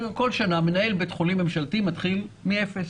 בכל שנה מנהל בית חולים ממשלתי מתחיל מאפס.